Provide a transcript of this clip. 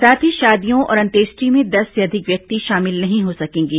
साथ ही शादियों और अंत्येष्टि में दस से अधिक व्यक्ति शामिल नहीं हो सकेंगे